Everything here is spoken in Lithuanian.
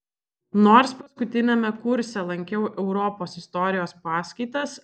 nors paskutiniame kurse lankiau europos istorijos paskaitas